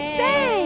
say